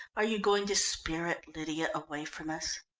are you going to spirit lydia away from us?